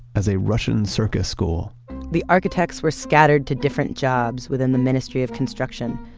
as a russian circus school the architects were scattered to different jobs within the ministry of construction.